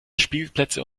spielplätze